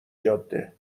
جاده